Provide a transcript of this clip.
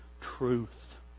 truth